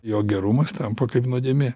jo gerumas tampa kaip nuodėmė